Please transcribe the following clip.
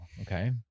Okay